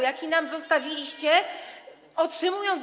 jaki nam zostawiliście, otrzymując.